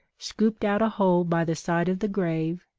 scooped out a hole by the side of the grave,